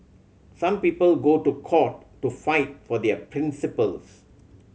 some people go to court to fight for their principles